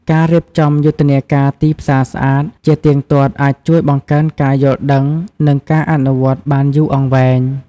ការរៀបចំយុទ្ធនាការ "ទីផ្សារស្អាត" ជាទៀងទាត់អាចជួយបង្កើនការយល់ដឹង និងការអនុវត្តបានយូរអង្វែង។